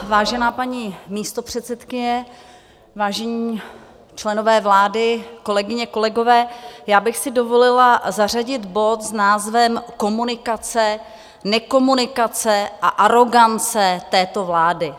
Vážená paní místopředsedkyně, vážení členové vlády, kolegyně, kolegové, já bych si dovolila zařadit bod s názvem Komunikace nekomunikace a arogance této vlády.